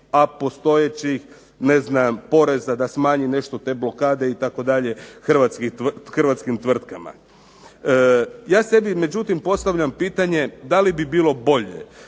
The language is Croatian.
a postojećih poreza da smanji nešto te blokade itd., hrvatskim tvrtkama. Ja sebi međutim postavljam pitanje da li bi bilo bolje